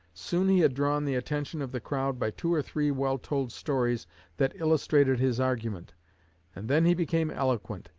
soon he had drawn the attention of the crowd by two or three well-told stories that illustrated his argument and then he became eloquent,